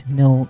no